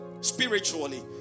spiritually